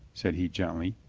said he gently.